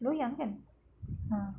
loyang kan ah